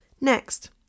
Next